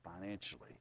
financially